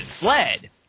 Sled